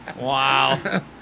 Wow